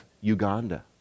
Uganda